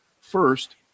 first